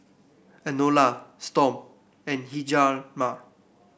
Enola Storm and Hjalmar